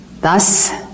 Thus